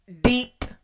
deep